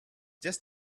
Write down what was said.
just